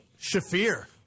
Shafir